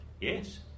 Yes